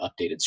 updated